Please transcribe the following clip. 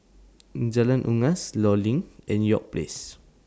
Jalan Unggas law LINK and York Place